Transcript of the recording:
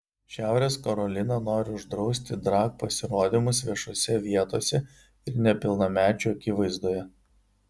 šiaurės karolina nori uždrausti drag pasirodymus viešose vietose ir nepilnamečių akivaizdoje